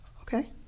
okay